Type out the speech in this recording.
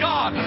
God